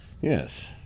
Yes